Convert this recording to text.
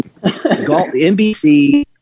NBC